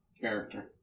character